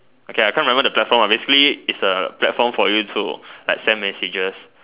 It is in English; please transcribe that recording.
okay I can't remember the platform basically its a platform for you to like send messages